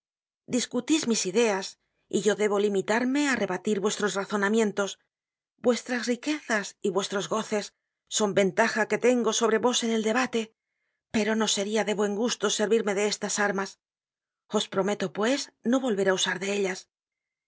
discutís mis ideas y yo debo limitarme á rebatir vuestros razonamientos vuestras riquezas y vuestros goces son ventajas que tengo sobre vos en el debate pero no seria de buen gusto servirme de estas armas os prometo pues no volver á usar de ellas